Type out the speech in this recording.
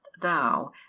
thou